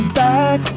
back